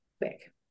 quick